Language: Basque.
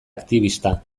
aktibista